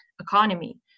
economy